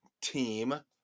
team